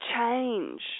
change